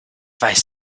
weiß